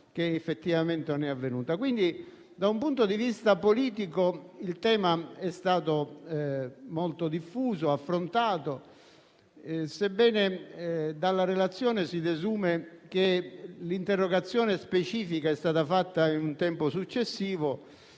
che, effettivamente, non è avvenuta. Da un punto di vista politico, quindi, il tema è stato molto diffuso e affrontato. Sebbene dalla relazione si desuma che l'interrogazione specifica è stata fatta in un tempo successivo,